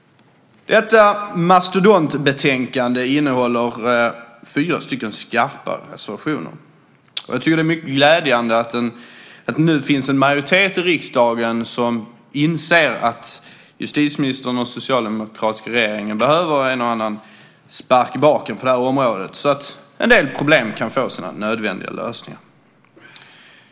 Detta mastodontbetänkande innehåller fyra stycken skarpa reservationer. Jag tycker att det är mycket glädjande att det nu finns en majoritet i riksdagen som inser att justitieministern och den socialdemokratiska regeringen behöver en och annan spark i baken på det här området så en del problem kan få sina nödvändiga lösningar.